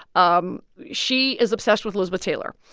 um she is obsessed with elizabeth taylor,